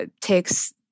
takes